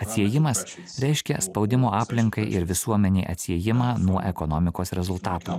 atsiejimas reiškia spaudimo aplinkai ir visuomenei atsiejimą nuo ekonomikos rezultato